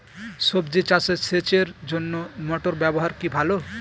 সবজি চাষে সেচের জন্য মোটর ব্যবহার কি ভালো?